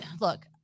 look